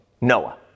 Noah